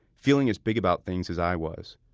feeling as big about things as i was.